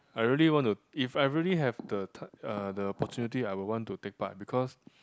I really want to if I really have the ti~ uh the opportunity I will want to take part because